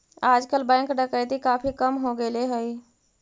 आजकल बैंक डकैती काफी कम हो गेले हई